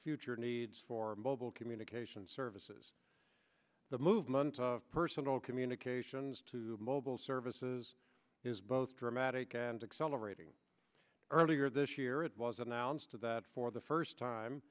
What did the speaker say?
future needs for mobile communications services the movement of personal communications to mobile services is both dramatic and accelerating earlier this year it was announced that for the first time